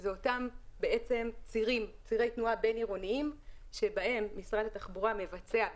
שזה אותם צירי תנועה בין-עירוניים שבהם משרד התחבורה מבצע,